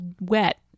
wet